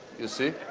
you see,